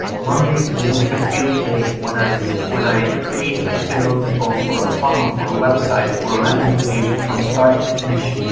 mondays will be the build day when i so when i create a build for a funnel for a website, for a landing page from start to finish.